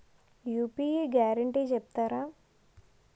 UPI guarantee చెప్తారా?